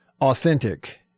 authentic